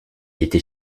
était